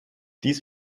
dies